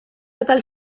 atal